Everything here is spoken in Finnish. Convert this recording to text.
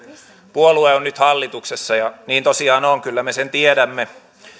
puolue on nyt hallituksessa ja niin tosiaan on kyllä me sen tiedämme